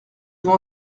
vous